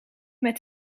met